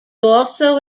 also